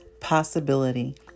possibility